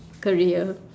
career